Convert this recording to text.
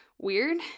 Weird